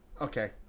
Okay